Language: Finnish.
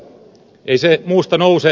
ei se muusta nouse